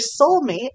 soulmate